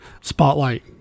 spotlight